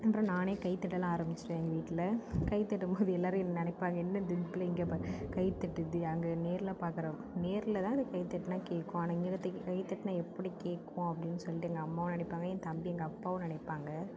அப்றம் நான் கை தட்டலாம் ஆரம்பிச்சிட்டேன் எங்கள் வீட்டில் கை தட்டும்போது எல்லோரும் என்ன நெனைப்பாங்க என்னது இந்த பிள்ள இங்கே கை தட்டுது அங்கே நேரில் பாக்கிற நேரில்தான் இது கை தட்டினா கேட்கும் ஆனால் இங்கே கை தட்டினா எப்படி கேட்கும் அப்டின்னு சொல்லிட்டு எங்கள் அம்மாவும் நெனைப்பாங்க எஏன் தம்பி எங்கள் அப்பாவும் நினைப்பாங்க